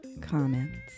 comments